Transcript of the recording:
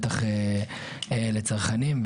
בטח לצרכנים,